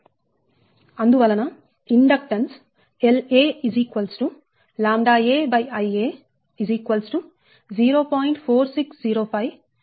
అందువలనఇండక్టెన్స్ Laʎa Ia 0